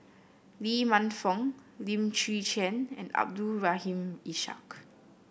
Lee Man Fong Lim Chwee Chian and Abdul Rahim Ishak